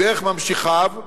דרך ממשיכיו,